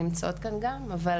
הן נמצאות כאן גם.